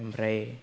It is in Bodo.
ओमफ्राय